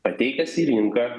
pateikęs į rinką